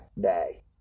day